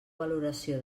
valoració